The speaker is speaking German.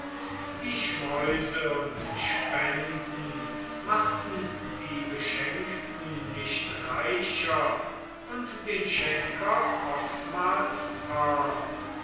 die schmäuse und spenden machten die beschenkten nicht reicher und den schenker oftmals arm